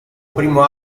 primo